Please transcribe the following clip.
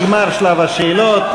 נגמר שלב השאלות.